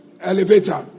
elevator